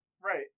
Right